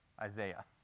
Isaiah